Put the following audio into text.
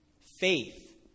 Faith